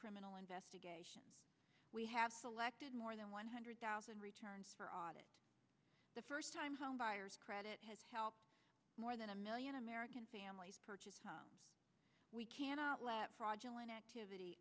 criminal investigation we have selected more than one hundred thousand returns for audit the first time home buyers credit has helped more than a million american families purchased we cannot let fraudulent activity